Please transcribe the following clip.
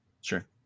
Sure